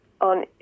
on